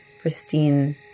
pristine